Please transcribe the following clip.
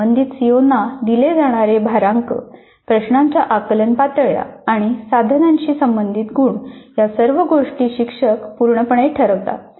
संबंधित सीओना दिले जाणारे भारांक प्रश्नांच्या आकलन पातळ्या आणि साधनांशी संबंधित गुण या सर्व गोष्टी शिक्षक पूर्णपणे ठरवतात